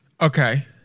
Okay